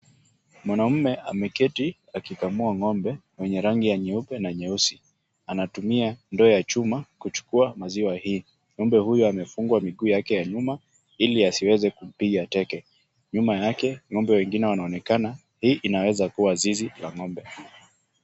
Mwanamume ameketi akikamua ng'ombe yenye rangi ya nyeupe na nyeusi. Anatumia ndoo ya chuma kuchukua maziwa hii. Ngombe huyu amefungwa miguu yake ya nyuma ili asiweze kupiga teke. Nyuma yake ng'ombe wengine wanaonekana Hii inaweza kuwa zizi ya ng'ombe.